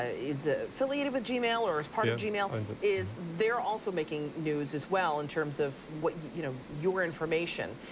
ah is ah affiliated with gmail or is part of gmail and is they're also making news as well in terms of you know, your information.